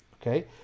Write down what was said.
okay